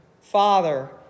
father